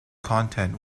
content